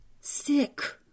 sick